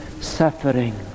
suffering